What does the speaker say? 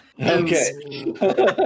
Okay